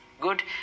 good